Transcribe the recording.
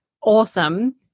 awesome